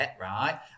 right